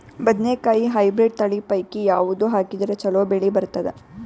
ಬದನೆಕಾಯಿ ಹೈಬ್ರಿಡ್ ತಳಿ ಪೈಕಿ ಯಾವದು ಹಾಕಿದರ ಚಲೋ ಬೆಳಿ ಬರತದ?